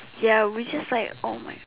ya we're just like oh my